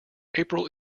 april